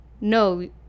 no